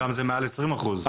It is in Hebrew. שם זה מעל עשרים אחוז.